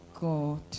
God